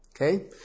Okay